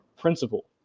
principle